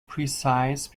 precise